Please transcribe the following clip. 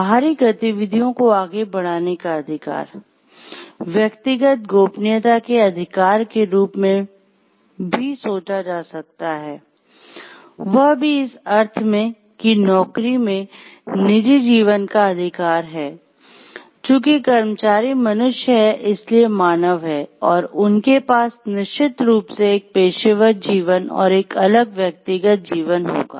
बाहरी गतिविधियों को आगे बढ़ाने का अधिकार व्यक्तिगत गोपनीयता के अधिकार के रूप में भी सोचा जा सकता है वह भी इस अर्थ में कि नौकरी में निजी जीवन का अधिकार है चूँकि कर्मचारी मनुष्य हैं इंजीनियर मानव हैं और उनके पास निश्चित रूप से एक पेशेवर जीवन और एक अलग व्यक्तिगत जीवन होगा